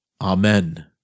Amen